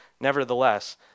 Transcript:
Nevertheless